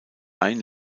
ein